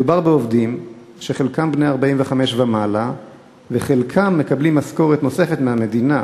מדובר בעובדים שחלקם בני 45 ומעלה וחלקם מקבלים משכורת נוספת מהמדינה.